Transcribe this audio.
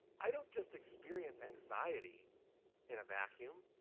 i don't just experience anxiety in a vacuum.